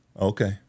Okay